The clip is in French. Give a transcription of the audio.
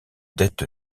dette